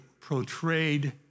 portrayed